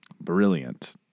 Brilliant